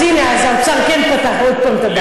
אז הנה, אז האוצר כן פתר עוד פעם את הבעיה.